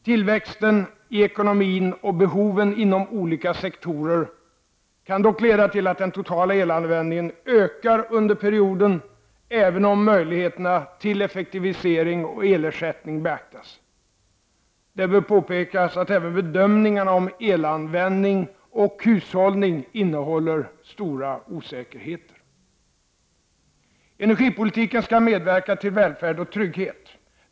Tillväxten i ekonomin och behoven inom olika sektorer kan dock leda till att den totala elanvändningen ökar under perioden, även om möjligheterna till effektivisering och elersättning beaktas. Det bör påpekas att även bedömningarna om elanvändning och hushållning innehåller stora osäkerheter. Energipolitiken skall medverka till välfärd och trygghet.